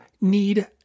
need